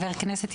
הדבר הבא